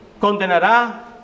Condenará